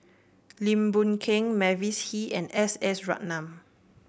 Lim Boon Keng Mavis Hee and S S Ratnam